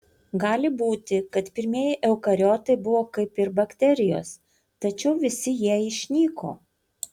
gali būti kad pirmieji eukariotai buvo kaip ir bakterijos tačiau visi jie išnyko